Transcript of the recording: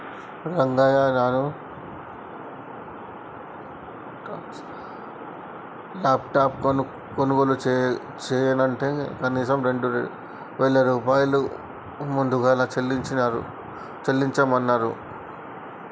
రంగయ్య నాను లాప్టాప్ కొనుగోలు చెయ్యనంటే కనీసం రెండు వేల రూపాయలు ముదుగలు చెల్లించమన్నరు